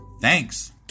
Thanks